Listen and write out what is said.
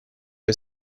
per